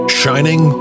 shining